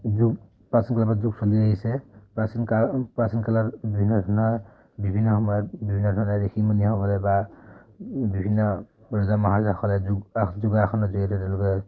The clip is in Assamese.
যুগ প্ৰাচীন কালৰপৰা যোগ চলি আহিছে প্ৰাচীন কাল প্ৰাচীন কালৰ বিভিন্ন ধৰণৰ বিভিন্ন সময়ত বিভিন্ন ধৰণে ঋষিমুনিসকলে বা বিভিন্ন ৰজা মহাৰজসকলে যোগ বা যোগাসনৰ জৰিয়তে তেওঁলোকে